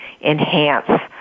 enhance